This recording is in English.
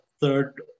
third